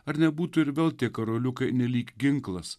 ar nebūtų ir vėl tik karoliukai nelyg ginklas